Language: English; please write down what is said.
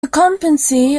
occupancy